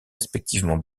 respectivement